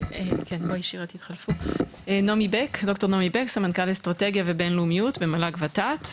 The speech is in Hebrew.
אני סמנכ"ל אסטרטגיה ובין-לאומיות במל"ג ות"ת.